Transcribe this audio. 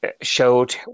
showed